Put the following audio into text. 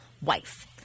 wife